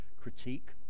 critique